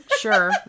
sure